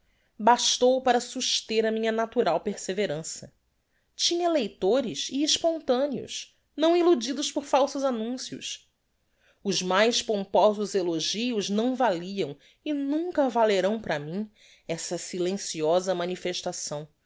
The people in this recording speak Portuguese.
bastou para suster a minha natural perseverança tinha leitores e expontaneos não illudidos por falsos annuncios os mais pomposos elogios não valiam e nunca valerão para mim essa silenciosa manifestação